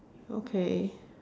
okay